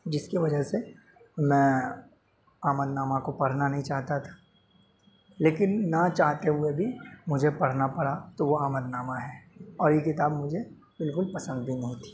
جس کی وجہ سے میں آمد نامہ کو پڑھنا نہیں چاہتا تھا لیکن نہ چاہتے ہوئے بھی مجھے پڑھنا پڑا تو وہ آمد نامہ ہے اور یہ کتاب مجھے بالکل پسند بھی نہیں تھی